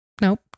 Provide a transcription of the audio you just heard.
nope